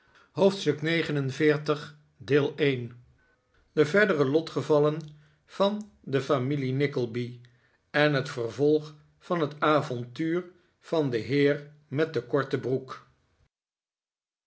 hoofdstuk xlix de verdere lotgevallen van de familie nickleby en het vervolg van het avontubr van den heer met de korte broek